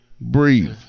breathe